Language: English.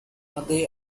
they